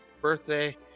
birthday